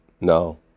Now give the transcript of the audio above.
No